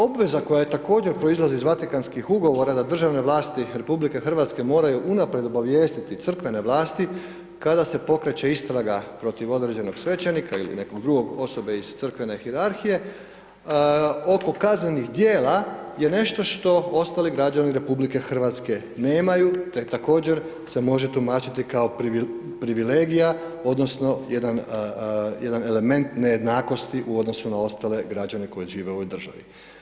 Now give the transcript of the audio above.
Obveza koja je također proizlazi iz Vatikanskih ugovora da državne vlasti RH moraju unaprijed obavijestiti crkvene vlasti kada se pokreće istraga protiv određenog svećenika ili nekog drugog, osobe iz crkvene hijerarhije, oko kaznenih dijela je nešto što ostali građani RH nemaju, te također se može tumačiti kao privilegija odnosno jedan element nejednakosti u odnosu na ostale građane koji žive u ovoj državi.